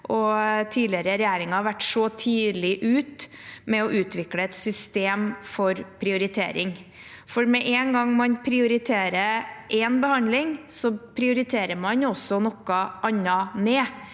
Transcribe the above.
tidligere regjeringer har vært så tidlig ute med å utvikle et system for prioritering, for med en gang man prioriterer én behandling, prioriterer man også noe annet ned.